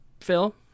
Phil